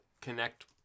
connect